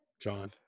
John